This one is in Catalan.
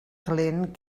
calent